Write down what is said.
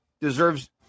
deserves